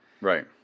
Right